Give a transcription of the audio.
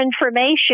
information